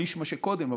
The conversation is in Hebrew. שליש מאשר קודם,